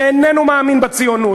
שאיננו מאמין בציונות,